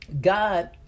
God